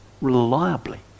reliably